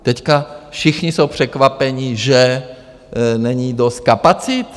Teďka všichni jsou překvapeni, že není dost kapacit?